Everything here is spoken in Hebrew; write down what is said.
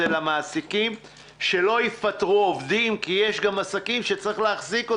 למעסיקים שלא יפטרו עובדים כי יש גם עסקים שצריך להחזיק אותם.